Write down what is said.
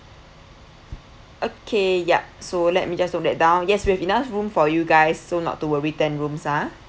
okay ya so let me just note down yes we have enough room for you guys so not to worry ten rooms ha